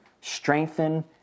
strengthen